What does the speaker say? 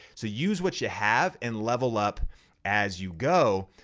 so use what you have and level up as you go.